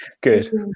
Good